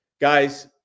guys